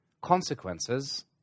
consequences